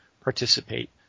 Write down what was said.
participate